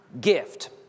Gift